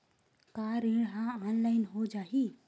का ऋण ह ऑनलाइन हो जाही?